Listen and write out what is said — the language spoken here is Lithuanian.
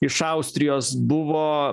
iš austrijos buvo